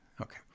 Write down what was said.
Okay